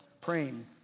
praying